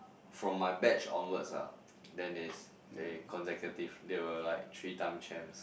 from my batch onwards lah then is they consecutive they were like three times champs